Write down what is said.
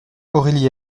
aurélie